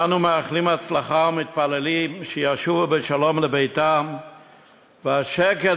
אנו מאחלים הצלחה ומתפללים שישובו בשלום לביתם והשקט